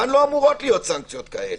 כאן לא אמורות להיות סנקציות כאלה,